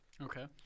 Okay